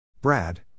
Brad